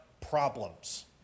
problems